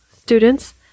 students